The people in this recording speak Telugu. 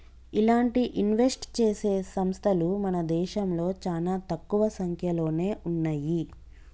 ఇలాంటి ఇన్వెస్ట్ చేసే సంస్తలు మన దేశంలో చానా తక్కువ సంక్యలోనే ఉన్నయ్యి